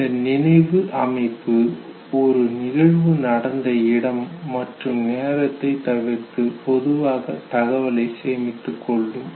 இந்த மெமரி நினைவு அமைப்பு ஒரு நிகழ்வு நடந்த இடம் மற்றும் நேரத்தை தவிர்த்து பொதுவாக தகவலை சேமித்துக் கொள்ளும்